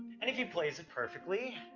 and if he plays it perfectly.